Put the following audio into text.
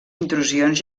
intrusions